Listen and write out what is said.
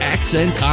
Accent